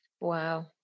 Wow